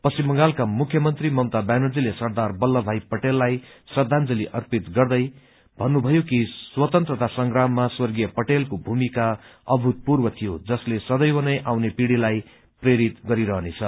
पश्चिम बंगालका मुख्यमन्त्री ममता ब्यानर्जीले सरदार वल्लभ भाई पटेललाई श्रद्धांजली अर्पित गर्नुहुँदै भन्नुभयो कि स्वतन्त्रता संग्राममा स्वर्गीय पटेलको भूमिका अभूतपूर्व थियो जसले सदैव नै आउने पीढ़िहस्लाई प्रेरित गरिरनहेछ